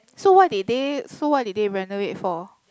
so why did they so why did they renovate for